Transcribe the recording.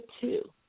two